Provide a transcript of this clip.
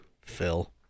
Phil